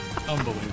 Unbelievable